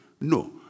No